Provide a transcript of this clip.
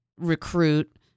recruit